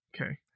Okay